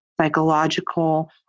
psychological